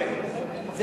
קופת גמל.